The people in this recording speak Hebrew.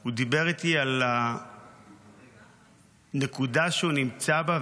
הוא דיבר איתי על הנקודה שהוא נמצא בה,